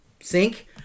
sink